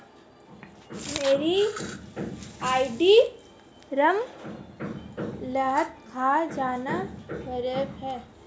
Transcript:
मेरा ATM card खो जाने पर मुझे क्या करना होगा?